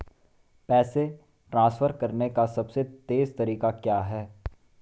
पैसे ट्रांसफर करने का सबसे तेज़ तरीका क्या है?